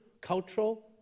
cultural